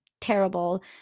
terrible